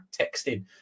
texting